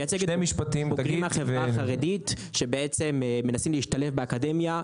היא מייצגת בוגרים מהחברה החרדית שבעצם מנסים להשתלב באקדמיה,